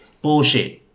bullshit